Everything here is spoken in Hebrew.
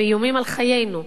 ואיומים על חיינו.